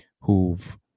who've